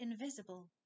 invisible